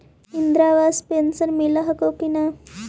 Indira Awas pension मिल हको ने?